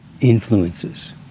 influences